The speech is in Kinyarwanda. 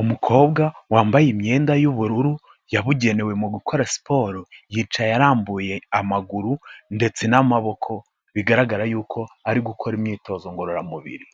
Umukobwa wambaye imyenda y'ubururu yabugenewe mu gukora siporo, yicaye arambuye amaguru ndetse n'amaboko bigaragara yuko ari gukora imyitozo ngororamubiri,